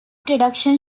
production